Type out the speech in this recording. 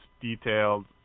detailed